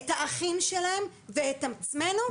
את האחים שלהם ואת עצמנו,